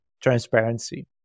transparency